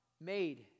made